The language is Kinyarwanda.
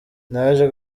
naje